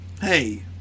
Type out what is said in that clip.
Hey